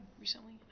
recently